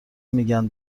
میگن